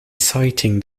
citing